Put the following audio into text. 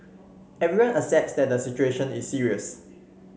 everyone accepts that the situation is serious